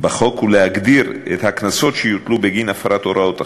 בחוק ולהגדיר את הקנסות שיוטלו בגין הפרת הוראות החוק.